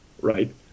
right